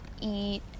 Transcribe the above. eat